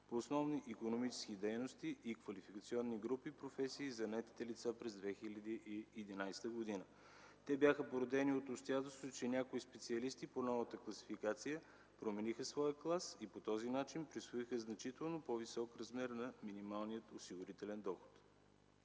по основни икономически дейности и квалификационни групи професии за наетите лица през 2011 г. Те бяха породени от обстоятелството, че някои специалисти по новата класификация промениха своя клас и по този начин присвоиха значително по-висок размер на минималния осигурителен доход.